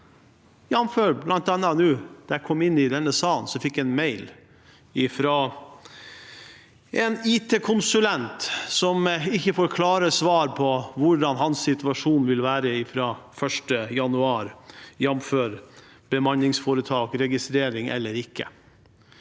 jeg en mail fra en IT-konsulent som ikke får klare svar på hvordan situasjonen hans vil være fra 1. januar,